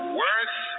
worth